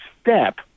step